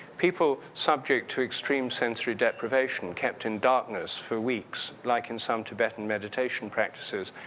people subject to extreme sensory deprivation kept in darkness for weeks like in some tibetan meditation practices,